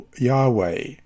Yahweh